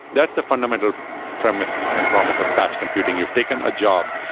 that's the fundamental premise and promise of batch computing. you've taken a job.